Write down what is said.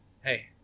Hey